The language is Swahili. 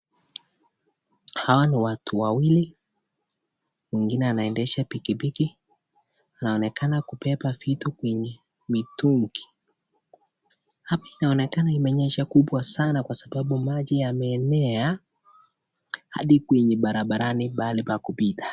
Hawa ni watu wawili, mwingine anaendesha pikipiki anaonekana kubeba vitu kwenye mitungi. Hapa inaonekana imenyesha kubwa sana kwa sababu maji yameenea hadi kwenye barabarani mahali pakupita.